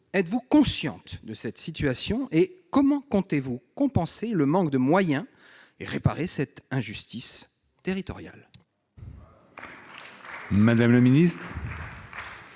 êtes-vous consciente de cette situation ? Comment comptez-vous compenser le manque de moyens et réparer cette injustice territoriale ? La parole est à